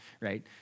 right